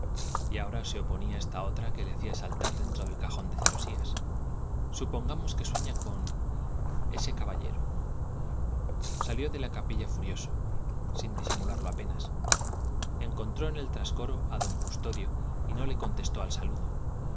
y ahora se oponía esta otra que le hacía saltar dentro del cajón de celosías supongamos que sueña con ese caballero salió de la capilla furioso sin disimularlo apenas encontró en el trascoro a don custodio y no le contestó al saludo